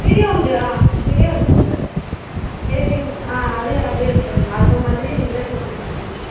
video உண்டு ஆ வீடியோவும் எடுத்துடுங்க ரேட்டிங் ஆ அதையும் அப்படியே எடுத்துடுங்க ஆல்பம் மாதிரி நீங்களே போட்டுக் கொடுத்துருங்க